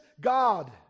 God